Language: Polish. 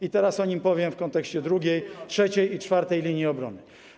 I teraz o nim powiem w kontekście drugiej, trzeciej i czwartej linii obrony.